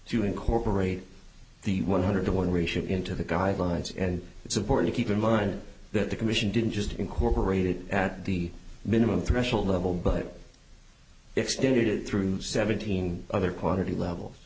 to incorporate the one hundred to one ratio into the guidelines and it's important to keep in mind that the commission didn't just incorporate it at the minimum threshold level but extended it through seventeen other quality level